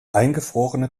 eingefrorene